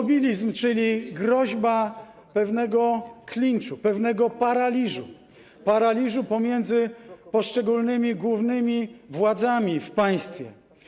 Immobilizm, czyli groźba pewnego klinczu, pewnego paraliżu, paraliżu pomiędzy poszczególnymi głównymi władzami w państwie.